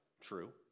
True